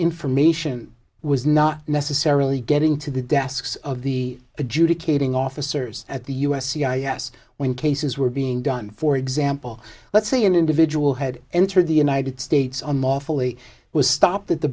information was not necessarily getting to the desks of the adjudicating officers at the u s c i s when cases were being done for example let's say an individual had entered the united states on lawfully was stopped at the